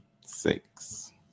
six